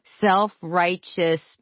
self-righteous